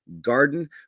garden